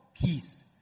peace